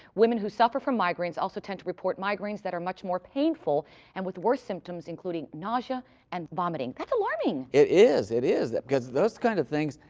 women who suffer from migraines also tend to report migraines that are much more painful and with worse symptoms, including nausea and vomiting. that's alarming! it is. it is. because those kind of things,